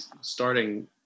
starting